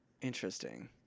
Interesting